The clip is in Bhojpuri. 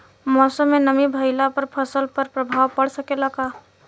मौसम में नमी भइला पर फसल पर प्रभाव पड़ सकेला का?